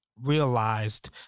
realized